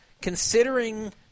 considering